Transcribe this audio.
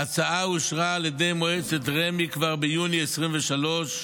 ההצעה אושרה על ידי מועצת רמ"י כבר ביוני 2023,